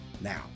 Now